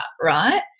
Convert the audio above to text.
right